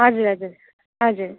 हजुर हजुर हजुर